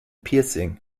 piercing